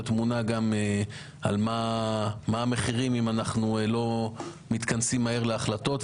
מה המחירים אם אנחנו לא מתכנסים מהר להחלטות.